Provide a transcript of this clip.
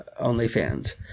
OnlyFans